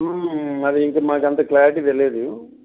అదిఇంకా మాకు అంత క్లారిటీ తెలియదు